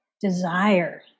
desire